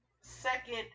second